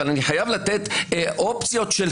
אבל אני חייב לתת אופציות של